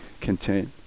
content